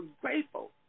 grateful